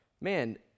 Man